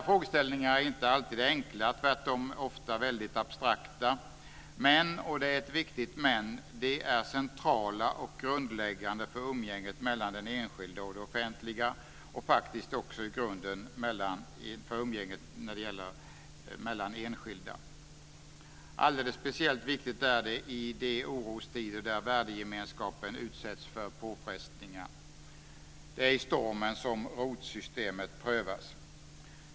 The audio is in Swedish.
Frågeställningarna är inte alltid enkla. De är tvärtom tämligen ofta abstrakta, men - och det är ett viktigt men - de är centrala och grundläggande för umgänget mellan den enskilde och det offentliga och faktiskt i grunden också mellan enskilda. Alldeles speciellt viktiga är de i orostider där värdegemenskapen utsätts för påfrestningar. Det är i stormen som rotsystemet prövas.